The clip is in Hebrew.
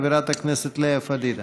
חברת הכנסת לאה פדידה.